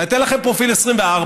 אני נותן לכם פרופיל 24,